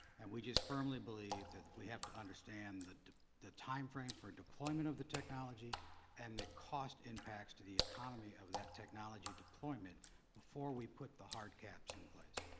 and we just firmly believe that we have to understand the the time frame for deployment of the technology and the cost impacts to the economy of that technology deployment before we put the hard caps in place.